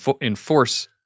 enforce